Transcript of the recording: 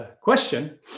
question